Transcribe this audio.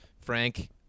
Frank